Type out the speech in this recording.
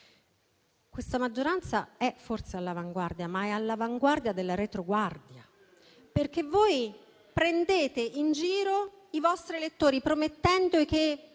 Questa maggioranza è forse all'avanguardia, ma è all'avanguardia della retroguardia. Prendete in giro i vostri elettori promettendo di